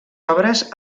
obres